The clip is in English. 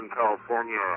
California